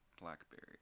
blackberry